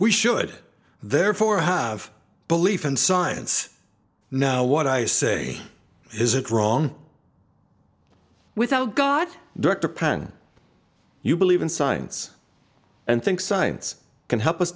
we should therefore have belief in science now what i say is it wrong without god direct upin you believe in science and think science can help us